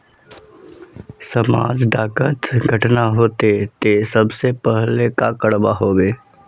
समाज डात घटना होते ते सबसे पहले का करवा होबे?